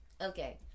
Okay